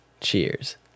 Cheers